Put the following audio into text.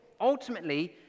Ultimately